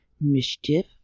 Mischief